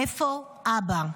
איפה אבא?